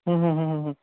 ہوں ہوں ہوں ہوں